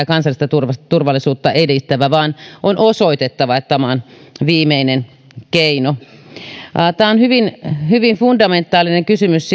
kansallista turvallisuutta edistävää vaan on osoitettava että tämä on viimeinen keino lisäksi vielä tämä kiireellisyysmenettely on hyvin hyvin fundamentaalinen kysymys